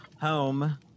home